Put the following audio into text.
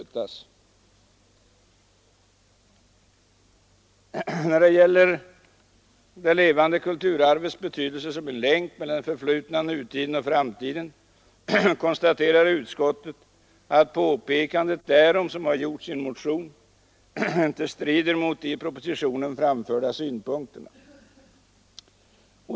22 maj 1974 När det gäller det levande kulturarvets betydelse som en länk mellan Den statliga kulturdet förflutna, nutiden och framtiden konstaterar utskottet att det politiken, m.m. påpekande därom som har gjorts i en motion inte strider mot de i propositionen framförda synpunkterna.